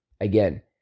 Again